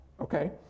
Okay